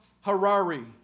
Harari